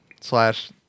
slash